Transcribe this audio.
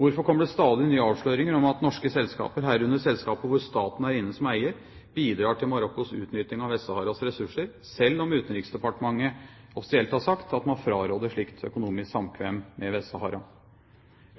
Hvorfor kommer stadig nye avsløringer om at norske selskaper, herunder selskaper hvor staten er inne som eier, bidrar til Marokkos utnytting av Vest-Saharas ressurser, selv om Utenriksdepartementet offisielt har sagt at de fraråder slikt økonomisk samkvem med Vest-Sahara?